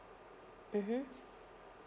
mmhmm